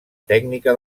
tècnica